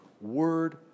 Word